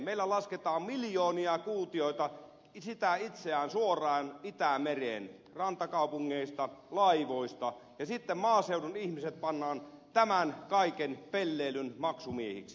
meillä lasketaan miljoonia kuutioita sitä itseään suoraan itämereen rantakaupungeista laivoista ja sitten maaseudun ihmiset pannaan tämän kaiken pelleilyn maksumiehiksi